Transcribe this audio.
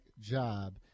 job